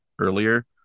earlier